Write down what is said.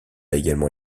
également